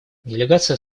делегация